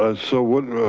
ah so what,